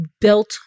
built